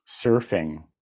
surfing